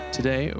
Today